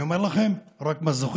אני אומר לכם, רק מזוכיסט,